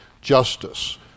justice